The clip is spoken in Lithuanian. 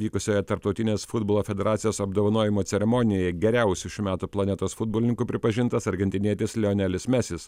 vykusioje tarptautinės futbolo federacijos apdovanojimo ceremonijoje geriausiu šių metų planetos futbolininku pripažintas argentinietis lionelis mesis